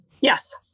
Yes